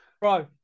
Bro